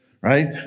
right